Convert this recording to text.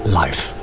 life